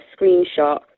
screenshot